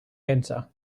enter